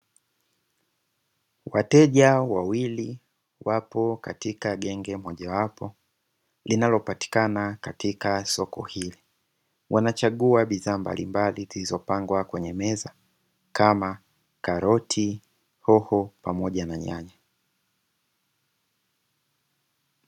Wateja wawili wapo katika genge moja wapo linalopatikana katika soko hili, wanachagua bidhaa mbalimbali zilizopangwa kwenye meza kama: karoti, hoho pamoja na nyanya.